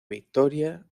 victoria